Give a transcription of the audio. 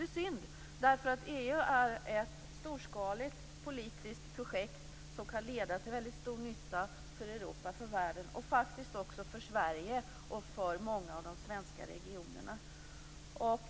Det är synd, eftersom EU är ett storskaligt politiskt projekt som kan göra stor nytta för Europa, världen och faktiskt också Sverige och många av de svenska regionerna.